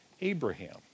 Abraham